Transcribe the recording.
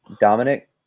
Dominic